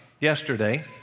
yesterday